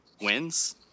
wins